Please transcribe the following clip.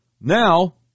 Now